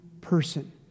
person